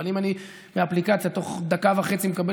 אבל אם אני באפליקציה תוך דקה וחצי מקבל